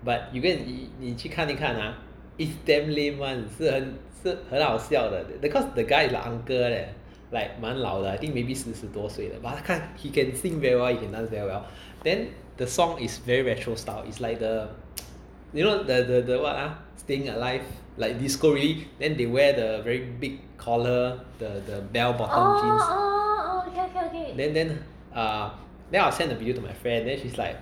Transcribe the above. but you go and 你去看一看 !huh! is damn lame [one] 是很是很好笑的 that cause the guy is like uncle leh like 蛮老的 I think maybe 四十多岁 but 他看 he can sing very well he can dance very well then the song is very retro style is like the you know the the the what ah staying alive like disco-ry then they wear the very big collar the the bell bottom jeans then then uh then I send the video to my friend then she's like